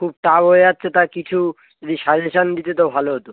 খুব টাফ হয়ে যাচ্ছে তা কিছু একটু সাজেশান দিতে তো ভালো হতো